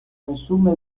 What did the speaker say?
resume